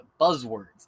buzzwords